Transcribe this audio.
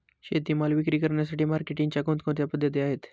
शेतीमाल विक्री करण्यासाठी मार्केटिंगच्या कोणकोणत्या पद्धती आहेत?